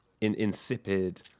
insipid